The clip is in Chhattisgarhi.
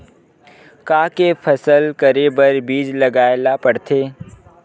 का के फसल करे बर बीज लगाए ला पड़थे?